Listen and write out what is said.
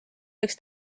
võiks